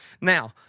Now